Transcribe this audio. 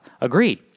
Agreed